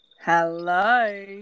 Hello